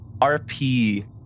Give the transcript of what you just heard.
RP